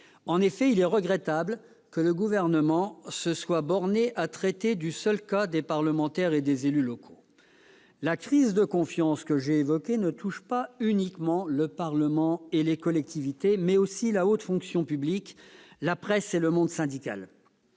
En effet, il est regrettable que le Gouvernement se soit borné à traiter du seul cas des parlementaires et des élus locaux. La crise de confiance que j'ai évoquée touche non pas uniquement le Parlement et les collectivités, mais aussi la haute fonction publique, la presse et le monde syndical.